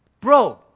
Bro